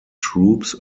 troops